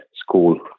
school